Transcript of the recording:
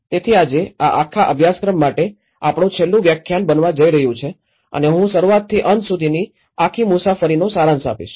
તેથી આજે આ આખા અભ્યાસક્રમ માટે આપણું છેલ્લું વ્યાખ્યાન બનવા જઈ રહ્યું છે અને હું શરૂઆતથી અંત સુધીની આખી મુસાફરીનો સારાંશ આપીશ